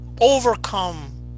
overcome